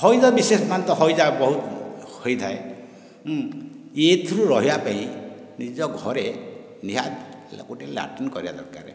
ହଇଜା ବିଶେଷ ମାତ୍ରାରେ ହଇଜା ବହୁତ ହୋଇଥାଏ ଏଥିରୁ ରହିବା ପାଇଁ ନିଜ ଘରେ ନିହାତି ଗୋଟିଏ ଲାଟ୍ରିନ କରିବା ଦରକାର